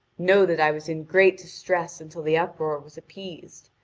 know that i was in great distress until the uproar was appeased.